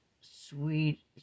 sweet